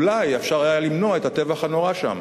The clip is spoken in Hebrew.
אולי היה אפשר למנוע את הטבח הנורא שם.